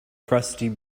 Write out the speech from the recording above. crusty